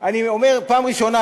אני אומר פעם ראשונה,